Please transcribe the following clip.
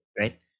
right